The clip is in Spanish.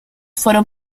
fueron